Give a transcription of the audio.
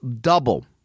double